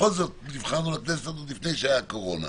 בכל זאת נבחרנו לכנסת הזאת לפני שהיה קורונה.